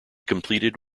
completed